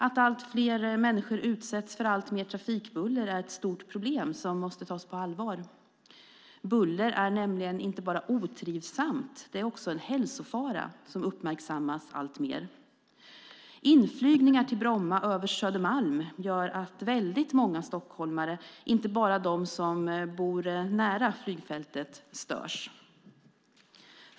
Att allt fler människor utsätts för alltmer trafikbuller är ett stort problem som måste tas på allvar. Buller är nämligen inte bara otrivsamt, det är också en hälsofara som uppmärksammas alltmer. Inflygningar till Bromma över Södermalm gör att många stockholmare, inte bara de som bor nära flygfältet, störs.